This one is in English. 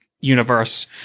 universe